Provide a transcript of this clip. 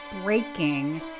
breaking